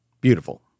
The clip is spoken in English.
Beautiful